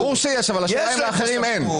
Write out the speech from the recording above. ברור שיש, אבל השאלה אם לאחרים אין.